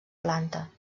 planta